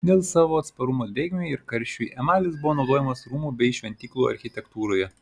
dėl savo atsparumo drėgmei ir karščiui emalis buvo naudojamas rūmų bei šventyklų architektūroje